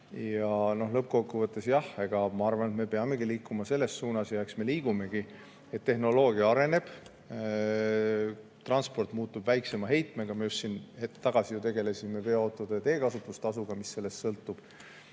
Lõppkokkuvõttes jah, ma arvan, et me peamegi liikuma selles suunas – ja eks me liigumegi –, et tehnoloogia areneb, transport muutub, on väiksema heitmega. Me just siin hetk tagasi tegelesime veoautode teekasutuse tasuga, mis sellest sõltub.